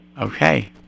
okay